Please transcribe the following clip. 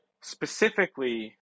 specifically